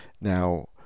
Now